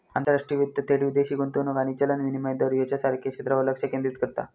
आंतरराष्ट्रीय वित्त थेट विदेशी गुंतवणूक आणि चलन विनिमय दर ह्येच्यासारख्या क्षेत्रांवर लक्ष केंद्रित करता